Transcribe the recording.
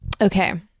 Okay